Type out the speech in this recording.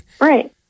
Right